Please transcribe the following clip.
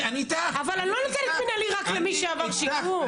אני לא נותנת מינהלי רק למי שעבר שיקום.